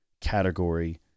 category